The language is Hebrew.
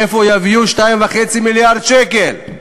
מאיפה יביאו 2.5 מיליארד שקל?